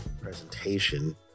presentation